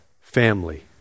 family